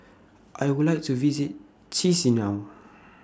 I Would like to visit Chisinau